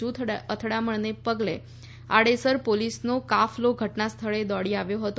જૂથ અથડામણને પગલે આડેસર પોલીસનો કાફલો ઘટનાસ્થળે દોડી આવ્યો હતો